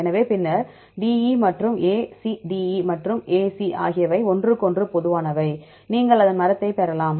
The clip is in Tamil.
எனவே பின்னர் DE மற்றும் A C DE மற்றும் A C ஆகியவை ஒன்றுக்கொன்று பொதுவானவை நீங்கள் அதன் மரத்தைப் பெறலாம்